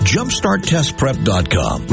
Jumpstarttestprep.com